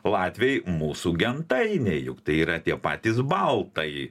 latviai mūsų gentainiai juk tai yra tie patys baltai